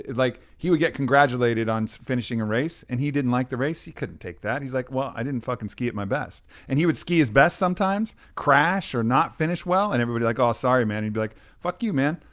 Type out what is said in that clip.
like, he would get congratulated on finishing a race and he didn't like the race, he couldn't take that. he's like, well, i didn't fucking ski it my best. and he would ski his best sometimes, crash or not finish well, and everybody'd be like, oh, sorry, man. he'd be like, fuck you, man.